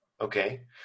Okay